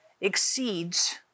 exceeds